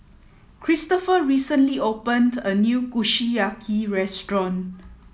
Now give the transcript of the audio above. Christopher recently opened a new Kushiyaki Restaurant